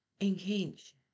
engage